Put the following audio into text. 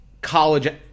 college